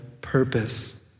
purpose